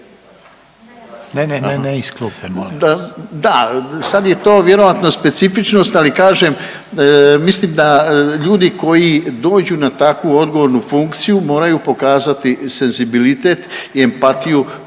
Ne, ne, ne iz klupe molim vas./… Da, sad je to vjerojatno specifičnost, ali kažem mislim da ljudi koji dođu na takvu odgovornu funkciju moraju pokazati senzibilitet i empatiju